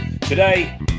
Today